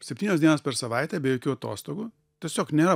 septynios dienos per savaitę be jokių atostogų tiesiog nėra